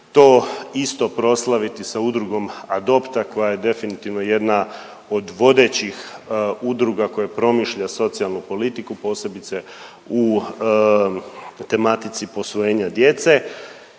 to isto proslaviti sa udrugom Adopta koja je definitivno jedna od vodećih udruga koje promišlja socijalnu politiku, posebice u tematici posvojenja djece.